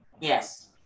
Yes